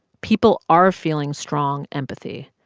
people are feeling strong empathy,